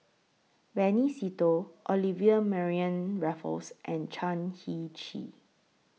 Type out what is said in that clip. Benny Se Teo Olivia Mariamne Raffles and Chan Heng Chee